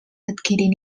adquirint